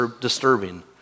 disturbing